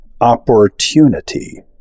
Opportunity